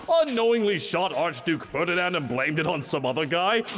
um unknowingly shot archduke ferdinand and blamed it on some other guy?